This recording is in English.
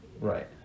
Right